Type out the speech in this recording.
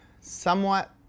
somewhat